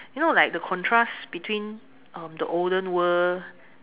you know like the contrast um between the olden world